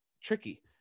tricky